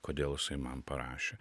kodėl jisai man parašė